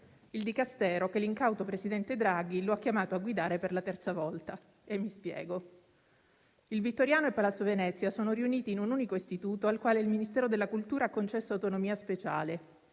il Dicastero che l'incauto presidente Draghi lo ha chiamato a guidare per la terza volta. Mi spiego. Il Vittoriano e Palazzo Venezia sono riuniti in un unico Istituto al quale il Ministero della cultura ha concesso autonomia speciale;